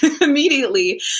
immediately